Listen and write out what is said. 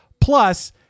Plus